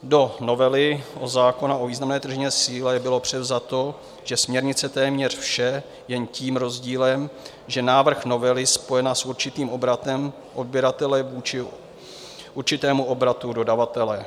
Do novely zákona o významné tržní síle bylo převzato ze směrnice téměř vše, jen tím rozdílem, že návrh novely je spojen s určitým obratem odběratele vůči určitému obratu dodavatele.